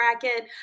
bracket